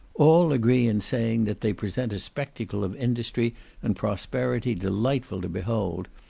all agree in saying that they present a spectacle of industry and prosperity delightful to behold,